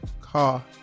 car